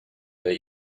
that